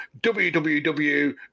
WWW